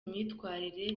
myitwarire